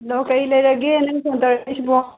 hello ꯀꯔꯤ ꯂꯩꯔꯒꯦ ꯅꯪ ꯐꯣꯟ ꯇꯧꯔꯛꯂꯤꯁꯤꯕꯣ